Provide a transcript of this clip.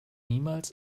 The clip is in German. niemals